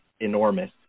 enormous